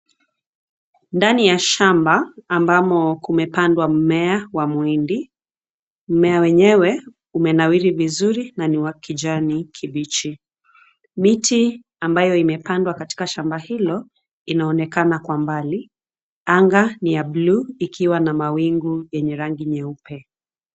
Ndani ya shamba ambamo kumepandwa mimea wa muhindi, mimea wenyewe umenawiri vizuri na ni wakijani kibichi, miti ambayo imepandwa katika shamba hilo inaonekana kwa mbali, angaa ni ya bluu ikiwa na mawingu enye rangi nyeupe.